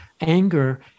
anger